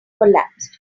collapsed